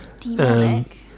Demonic